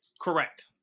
Correct